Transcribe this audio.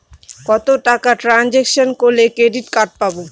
কত টাকা ট্রানজেকশন করলে ক্রেডিট কার্ড পাবো?